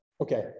Okay